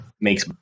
makes